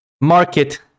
market